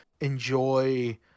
enjoy